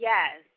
Yes